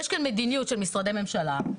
יש כאן מדיניות של משרדי הממשלה.